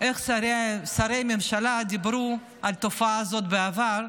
איך שרי ממשלה דיברו על התופעה הזאת בעבר,